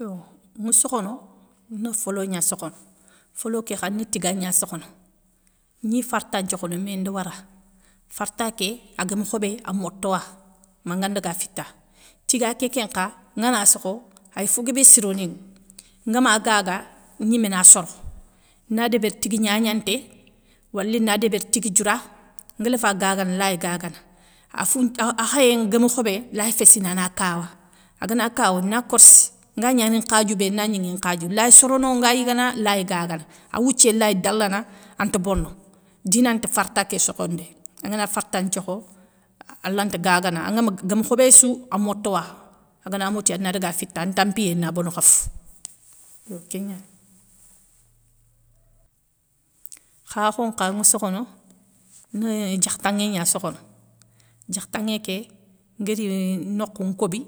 Yo nŋa sokhono, na folo gna sokhono, folo kékha ni tiga gna sokhono gni farta nthiokhono mé ndi wara. Farta ké agama khobé a moto ya manga daga fita. Tiga kékén nkha gana sokho ay fo guébé sironinŋa ngama gaga, gnimé na soro, na débéri tigue gnagnanté, wali na débéri tigue dioura, ngui léfa gagana lay gagana, a foun akhayéŋa guémi khobé lay féssini ana kawa agana kawa na korssi nga gnani nkhadiou bé na gnanŋi nkhadiou lay sorono nga yigana, lay gagana a wouthié lay dalana ante bono dinanti farta ké sokhondé, angana farta nthiokho alanta gagana angam guémi khobé sou amotowa agana moti anadaga fité an tampiyé na bono khafou. Yo ké gnani. Khakho nkha ŋa sokhono, ni diakhtanŋé gna sokhono, diakhtanŋé ké, nguéri nokhou nkobi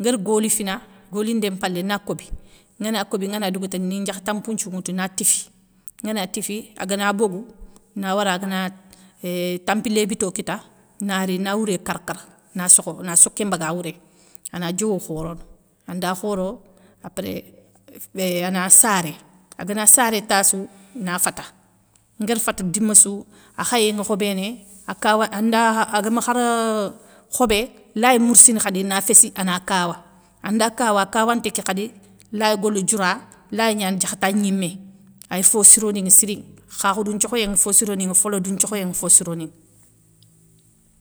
ngari goli fina, golindé mpalé na kobi, ngana kobi ngana dougouta ni diakhtanŋ mpounthiou nŋwoutou na tifi, ngana tifi, agana bogou na wara gana euuhh tampilé bito kita na ri wouré kara kara na sokho na soké mbaga wouré ŋa ana diowo khorono, anda khoro, apré ana saré, agana saré, tassou na fata nguérr fata dima sou, akhayé ŋa khobéné, a kawa anda agama kharr khobé, lay mourssini khadi na féssi ana kawa, anda kawa, akawanté ké khadi, lay golo dioura, lay gnana diakhtagnimé ay fossironinŋe siri, khakhdou nthiokhéyéŋa fossironina folodou nthiokhéyéŋa fossironina.